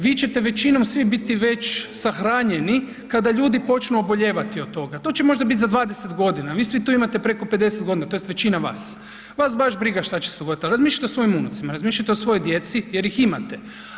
Vi ćete većinom svi biti već sahranjeni kada ljudi počnu obolijevati od toga, to će možda biti za 20 godina, vi svi tu imate preko 50 godina, tj. većina vas, vas baš briga šta će se dogoditi, ali razmišljajte o svojim unucima, razmišljajte o svojoj djeci jer ih imate.